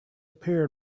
appear